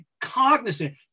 cognizant